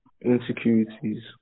insecurities